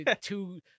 two